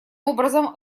образом